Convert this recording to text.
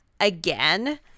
again